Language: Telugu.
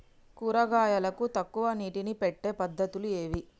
కూరగాయలకు తక్కువ నీటిని పెట్టే పద్దతులు ఏవి?